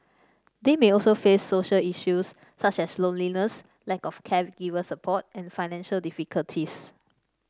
they may also face social issues such as loneliness lack of caregiver support and financial difficulties